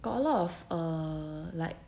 got a lot of err like